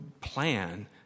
plan